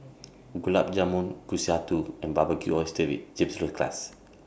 Gulab Jamun Kushikatsu and Barbecued Oysters with Chipotle Glaze